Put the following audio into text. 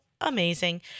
amazing